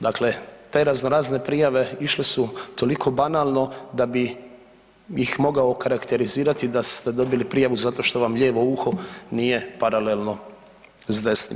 Dakle, te razno razne prijave išle su toliko banalno da bi ih mogao okarakterizirati da ste dobili prijavu zato što vam lijevo uho nije paralelno s desnim.